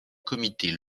comités